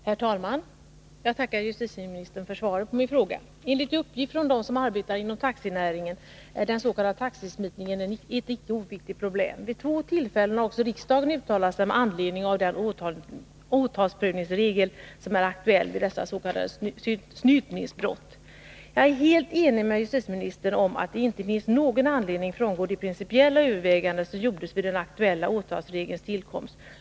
Herr talman! Jag tackar justitieministern för svaret på min fråga. Enligt uppgift från dem som arbetar inom taxinäringen är den s.k. taxismitningen ett icke oviktigt problem. Vid två tillfällen har också riksdagen uttalat sig med anledning av den åtalsprövningsregel som är aktuell vid dessa s.k. snyltningsbrott. Jag är helt ense med justitieministern om att det inte finns någon anledning att frångå de principiella överväganden som gjordes vid den aktuella åtalsregelns tillkomst.